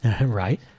Right